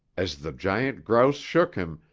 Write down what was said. as the giant grouse shook him,